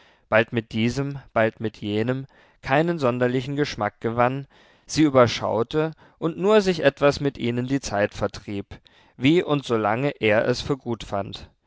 bald mit diesem bald mit jenem keinen sonderlichen geschmack gewann sie überschaute und nur sich etwas mit ihnen die zeit vertrieb wie und solange er es für gut fand